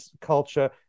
culture